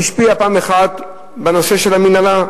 הוא השפיע פעם אחת בנושא של המינהלה,